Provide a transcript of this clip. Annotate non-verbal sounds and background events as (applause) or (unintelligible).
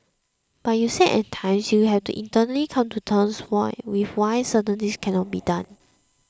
but you said that at times you have to internally come to terms (unintelligible) with why certain things cannot be done